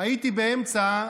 הייתי באמצע,